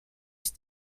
ist